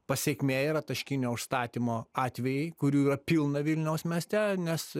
pasekmė yra taškinio užstatymo atvejai kurių yra pilna vilniaus mieste nes